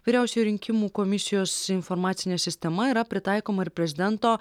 vyriausioji rinkimų komisijos informacinė sistema yra pritaikoma ir prezidento